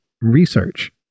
research